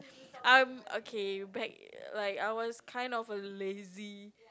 um okay back like I was kind a lazy